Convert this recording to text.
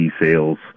sales